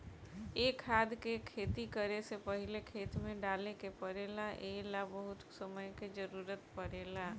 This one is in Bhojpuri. ए खाद के खेती करे से पहिले खेत में डाले के पड़ेला ए ला बहुत समय के जरूरत पड़ेला